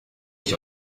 ich